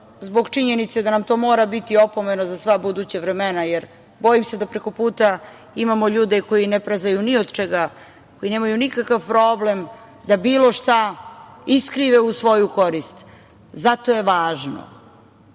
zbog činjenice da nam to mora biti opomena za sva buduća vremena, jer bojim se da preko puta imamo ljude koji ne prezaju ni od čega, koji nemaju nikakav problem da bilo šta iskrive u svoju korist. Zato je važno